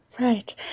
Right